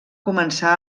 començar